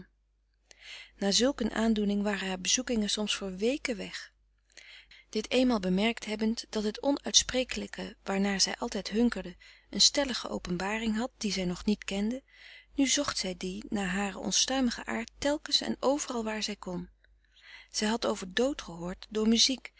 na zulk een aandoening waren haar bezoekingen soms voor weken weg frederik van eeden van de koele meren des doods dit eenmaal bemerkt hebbend dat het onuitsprekelijke waarnaar zij altijd hunkerde een stellige openbaring had die zij nog niet kende nu zocht zij die naar haren onstuimigen aard telkens en overal waar zij kon zij had over dood gehoord door